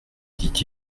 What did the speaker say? dit